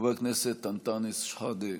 חבר הכנסת אנטאנס שחאדה,